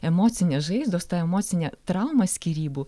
emocinės žaizdos ta emocinė trauma skyrybų